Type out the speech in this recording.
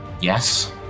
Yes